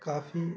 کافی